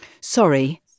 Sorry